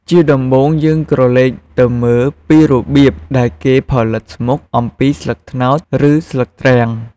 ជាដំបូងយើងក្រឡេកទៅមើលពីរបៀបដែលគេផលិតស្មុកអំពីស្លឹកត្នោត ឬស្លឹកទ្រាំង។